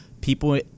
People